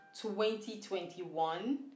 2021